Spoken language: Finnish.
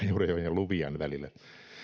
luvian välillä